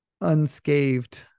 unscathed